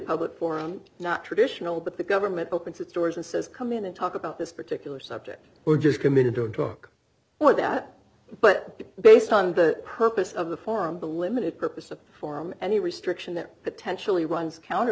public forum not traditional but the government opens its doors and says come in and talk about this particular subject or just committed don't talk what that but based on the purpose of the forum the limited purpose of form any restriction that potentially runs counter